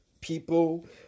people